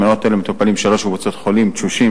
במעונות אלה מטופלות שלוש קבוצות חולים: תשושים,